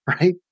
Right